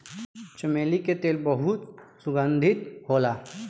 चमेली के तेल बहुत सुगंधित होला